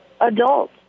adult